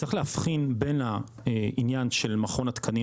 צריך להבחין בין העניין של מכון התקנים